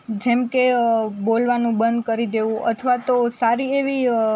જેમકે બોલવાનું બંધ કરી દેવું અથવા તો સારી એવી